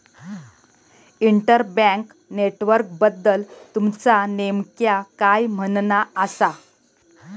inter bank नेटवर्कबद्दल तुमचा नेमक्या काय म्हणना आसा